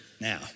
now